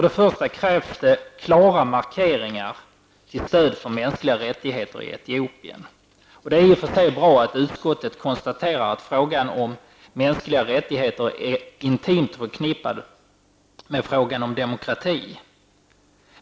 Det krävs klara markeringar till stöd för mänskliga rättigheter i Etiopien. Det är i och för sig bra att utskottet konstaterar att frågan om mänskliga rättigheter är intimt förknippad med frågan om demokrati.